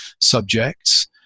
subjects